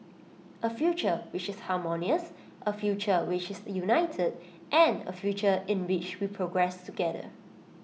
A future which is harmonious A future which is united and A future in which we progress together